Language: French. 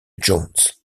jones